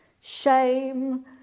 shame